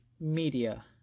media